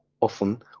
often